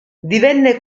divenne